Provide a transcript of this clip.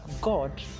God